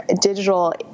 digital